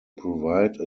provide